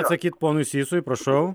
atsakyt ponui sysui prašau